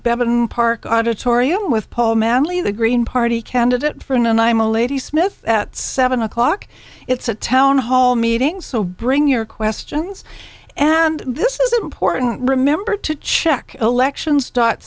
a park auditorium with paul manley the green party candidate for an and i am a lady smith at seven o'clock it's a town hall meeting so bring your questions and this is important remember to check elections dot